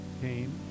came